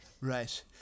Right